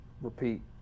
repeat